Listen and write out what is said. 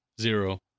Zero